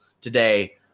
today